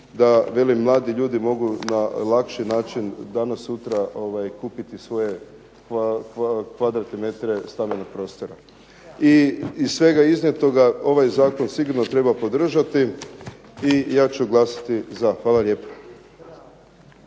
da kažem mladi ljudi mogu na lakši način danas sutra kupiti svoje kvadratne metre stambenog prostora. Iz svega iznijetoga ovaj zakon sigurno treba podržati i ja ću glasati za. Hvala lijepa.